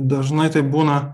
dažnai tai būna